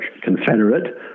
confederate